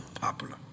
popular